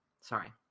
sorry